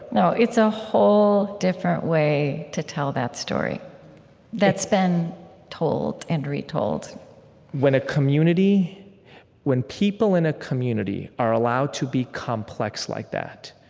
no, it's a whole different way to tell that story that's been told and retold when a community when people in a community are allowed to be complex like that,